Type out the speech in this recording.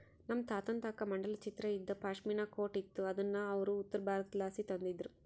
ನಮ್ ತಾತುನ್ ತಾಕ ಮಂಡಲ ಚಿತ್ರ ಇದ್ದ ಪಾಶ್ಮಿನಾ ಕೋಟ್ ಇತ್ತು ಅದುನ್ನ ಅವ್ರು ಉತ್ತರಬಾರತುದ್ಲಾಸಿ ತಂದಿದ್ರು